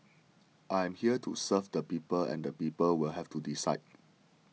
I'm here to serve the people and the people will have to decide